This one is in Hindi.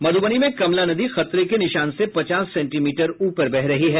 मध्रबनी में कमला नदी खतरे के निशान से पचास सेंटीमीटर ऊपर बह रही है